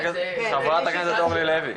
חברת הכנסת אורלי לוי,